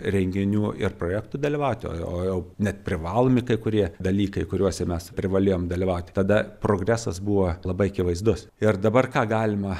renginių ir projektų dalyvauti o jau net privalomi kai kurie dalykai kuriuose mes privalėjom dalyvaut tada progresas buvo labai akivaizdus ir dabar ką galima